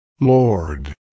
Lord